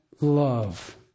love